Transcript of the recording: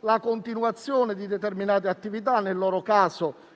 la continuazione di determinate attività, nel loro caso